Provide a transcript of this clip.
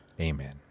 Amen